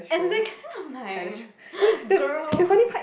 exactly I'm like girl